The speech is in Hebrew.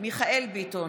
מיכאל מרדכי ביטון,